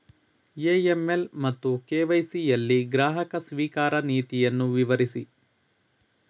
AML ಮತ್ತು KYC ಯಲ್ಲಿ ಗ್ರಾಹಕ ಸ್ವೀಕಾರ ನೀತಿಯನ್ನು ವಿವರಿಸಿ?